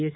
S